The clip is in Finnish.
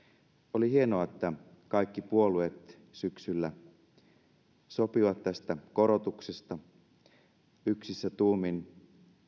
oli hienoa että kaikki puolueet syksyllä sopivat tästä korotuksesta yksissä tuumin